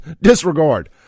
Disregard